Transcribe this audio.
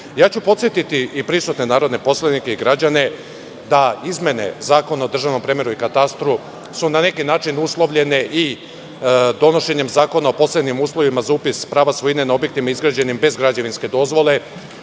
EU.Podsetiću i prisutne narodne poslanike i građane da izmene zakona o državnom premeru i katastru su na neki način uslovljene i donošenjem Zakona o posebnim uslovima za upis prava svojine na objektima izgrađenim bez građevinske dozvole. Taj